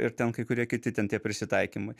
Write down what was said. ir ten kai kurie kiti ten tie prisitaikymai